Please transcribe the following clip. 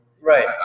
Right